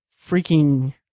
freaking